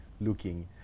looking